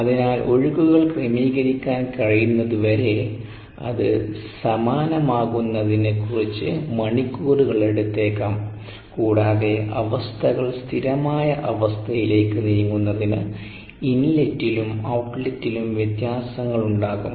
അതിനാൽ ഒഴുക്കുകൾ ക്രമീകരിക്കാൻ കഴിയുന്നതുവരെ അത് സമാനമാകുന്നതിന് കുറച്ച് മണിക്കൂറുകൾ എടുത്തേക്കാം കൂടാതെ അവസ്ഥകൾ സ്ഥിരമായ അവസ്ഥയിലേക്ക് നീങ്ങുന്നതിന് ഇൻലറ്റിലും ഔട്ട്ലെറ്റിലും വ്യത്യാസങ്ങൾ ഉണ്ടാകും